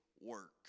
work